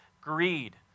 greed